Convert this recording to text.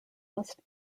must